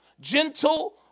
gentle